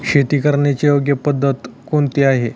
शेती करण्याची योग्य पद्धत कोणती आहे?